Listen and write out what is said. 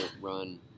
run